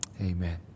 Amen